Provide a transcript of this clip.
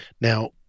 now